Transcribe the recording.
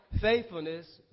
faithfulness